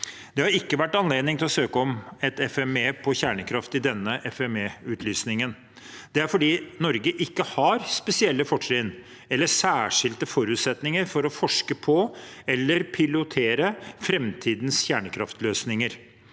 Det har ikke vært anledning til å søke om et FME på kjernekraft i denne FME-utlysningen. Det er fordi Norge ikke har spesielle fortrinn eller særskilte forutsetninger for å forske på eller pilotere framtidens kjernekraftløsninger.